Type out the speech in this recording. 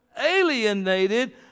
alienated